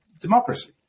democracy